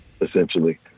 essentially